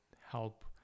help